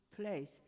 place